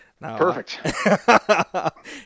perfect